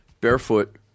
barefoot